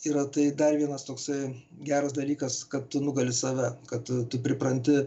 yra tai dar vienas toksai geras dalykas kad tu nugali save kad tu pripranti